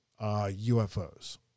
UFOs